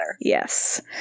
Yes